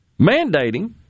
mandating